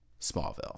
Smallville